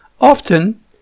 Often